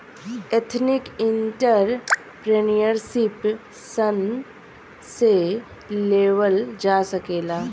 ethnic entrepreneurship खातिर कर्जा bank सन से लेवल जा सकेला